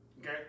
okay